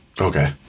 Okay